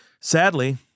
Sadly